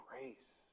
Grace